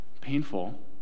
painful